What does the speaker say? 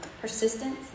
persistence